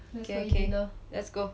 okay okay let's go